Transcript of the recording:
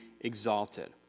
exalted